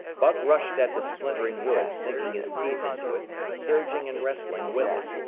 buck rushed at the splintering wood, sinking his teeth into it, surging and wrestling with it.